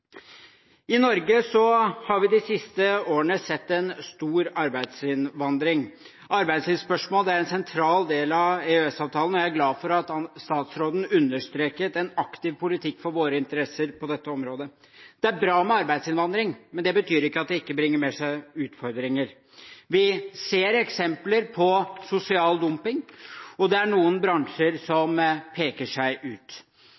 I Norge har vi de siste årene sett en stor arbeidsinnvandring. Arbeidslivsspørsmål er en sentral del av EØS-avtalen, og jeg er glad for at statsråden understreket en aktiv politikk for våre interesser på dette området. Det er bra med arbeidsinnvandring, men det betyr ikke at det ikke bringer med seg utfordringer. Vi ser eksempler på sosial dumping, og det er noen bransjer som peker seg ut